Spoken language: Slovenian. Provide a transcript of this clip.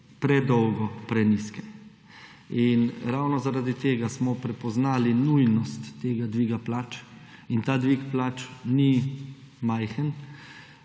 predolgo prenizke. Ravno zaradi tega smo prepoznali nujnost tega dviga plač in ta dvig plač ni majhen.